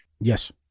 yes